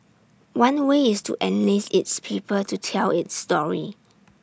one way is to enlist its people to tell its story